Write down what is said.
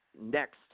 next